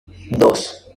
dos